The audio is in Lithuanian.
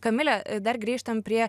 kamile dar grįžtam prie